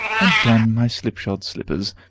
and don my slipshod slippers.